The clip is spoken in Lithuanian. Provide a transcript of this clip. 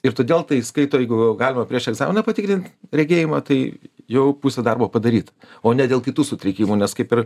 ir todėl tai skaito jeigu galima prieš egzaminą patikrint regėjimą tai jau pusė darbo padaryta o ne dėl kitų sutrikimų nes kaip ir